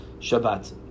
Shabbat